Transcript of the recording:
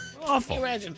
Awful